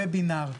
וובינר,